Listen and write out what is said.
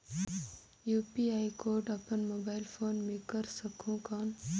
UPI code अपन mobile phone मे कर सकहुं कौन?